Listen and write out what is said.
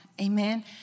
Amen